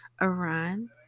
Iran